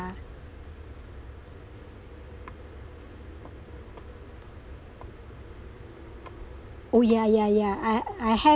oh ya ya ya I I have